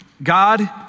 God